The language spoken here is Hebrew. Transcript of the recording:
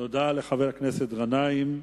תודה לחבר הכנסת גנאים.